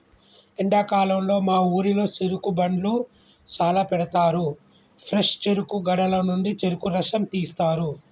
ఎండాకాలంలో మా ఊరిలో చెరుకు బండ్లు చాల పెడతారు ఫ్రెష్ చెరుకు గడల నుండి చెరుకు రసం తీస్తారు